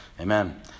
Amen